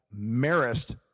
Marist